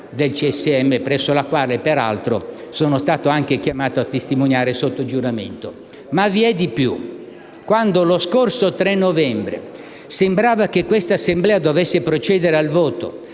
Ma vi è di più. Quando, lo scorso 3 novembre, sembrava che questa Assemblea dovesse procedere al voto